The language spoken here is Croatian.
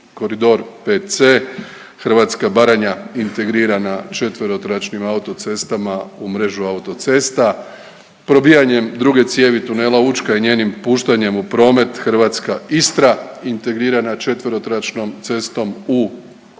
koridor 5C, hrvatska Baranja integrirana četverotračnim autocestama u mrežu autocesta, probijanjem druge cijevi tunela Učka i njenim puštanjem u promet hrvatska Istra integrirana je četverotračnom cestom u mrežu